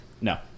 No